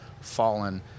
fallen